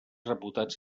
reputats